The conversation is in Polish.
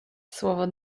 słowo